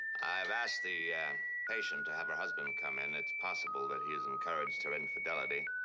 i've asked the patient to have her husband come in. it's possible that he's encouraged her infidelity,